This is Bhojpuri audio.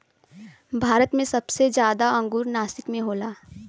भारत मे सबसे जादा अंगूर नासिक मे होला